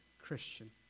Christian